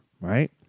right